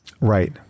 Right